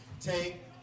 Take